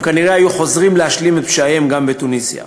כנראה היו חוזרים להשלים את פשעיהם גם בתוניסיה.